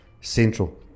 central